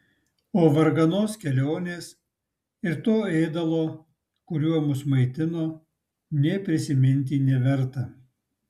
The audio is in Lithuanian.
o varganos kelionės ir to ėdalo kuriuo mus maitino nė prisiminti neverta